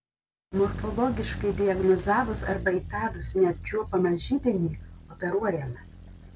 morfologiškai diagnozavus arba įtarus neapčiuopiamą židinį operuojama